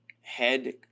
head